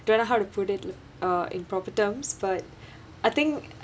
don't know how to put it uh in proper terms but I think